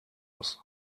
muss